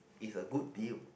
is a good deal